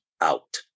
Out